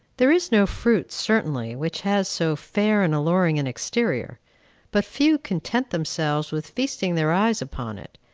there is no fruit, certainly, which has so fair and alluring an exterior but few content themselves with feasting their eyes upon it.